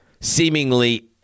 seemingly